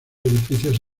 edificios